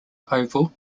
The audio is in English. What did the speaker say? oval